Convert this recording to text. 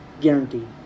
Guaranteed